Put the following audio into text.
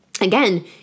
again